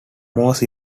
most